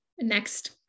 next